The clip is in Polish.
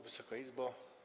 Wysoka Izbo!